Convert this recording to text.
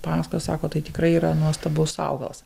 pasakoja sako tai tikrai yra nuostabus augalas